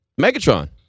Megatron